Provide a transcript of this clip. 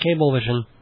Cablevision